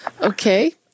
Okay